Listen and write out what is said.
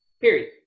period